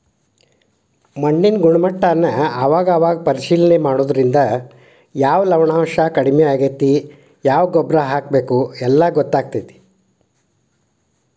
ಮಣ್ಣಿನ ಗುಣಮಟ್ಟಾನ ಅವಾಗ ಅವಾಗ ಪರೇಶಿಲನೆ ಮಾಡುದ್ರಿಂದ ಯಾವ ಲವಣಾಂಶಾ ಕಡಮಿ ಆಗೆತಿ ಯಾವ ಗೊಬ್ಬರಾ ಹಾಕಬೇಕ ಎಲ್ಲಾ ಗೊತ್ತಕ್ಕತಿ